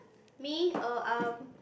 me oh um